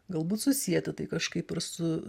galbūt susieti tai kažkaip ir su